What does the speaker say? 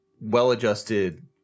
well-adjusted